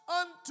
unto